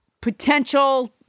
potential